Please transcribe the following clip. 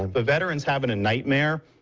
the veterans having a nightmare,